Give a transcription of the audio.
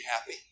happy